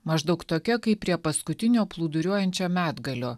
maždaug tokia kaip prie paskutinio plūduriuojančio medgalio